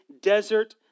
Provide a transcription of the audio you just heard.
desert